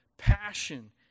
Passion